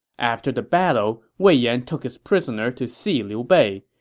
after the battle, wei yan took his prisoner to see liu bei.